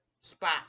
spot